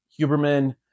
Huberman